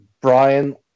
Brian